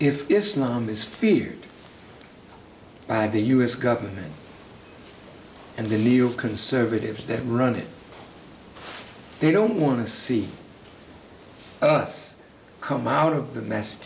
if it's not on this feed by the u s government and the neoconservatives that run it they don't want to see us come out of the nest